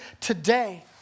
today